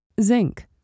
Zinc